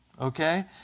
Okay